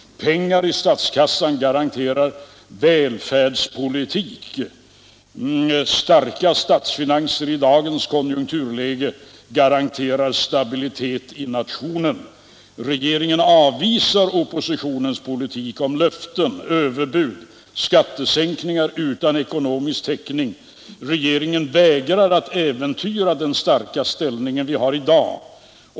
Pengar i statskassan garanterar välfärdspolitik. Starka statsfinanser i dagens konjunkturläge garanterar stabilitet i nationen. Regeringen avvisar oppositionens politik om löften, överbud och skattesänkningar utan ekonomisk täckning. Regeringen vägrar att äventyra den starka ställning vi har i dag.